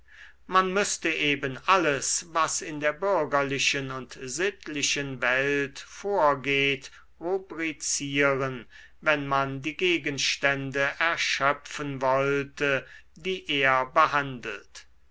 man müßte eben alles was in der bürgerlichen und sittlichen welt vorgeht rubrizieren wenn man die gegenstände erschöpfen wollte die er behandelt